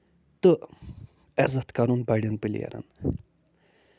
تہٕ عزت کَرُن بَڑٮ۪ن پِلٮ۪رَن